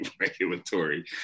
regulatory